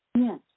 Yes